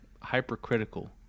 hypercritical